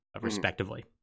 respectively